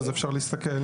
אז אפשר להסתכל,